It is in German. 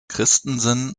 christensen